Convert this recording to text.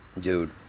dude